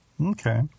Okay